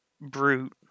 brute